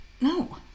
No